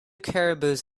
caribous